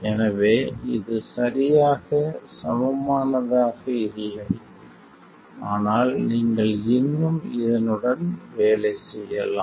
எனவே இது சரியாக சமமானதாக இல்லை ஆனால் நீங்கள் இன்னும் இதனுடன் வேலை செய்யலாம்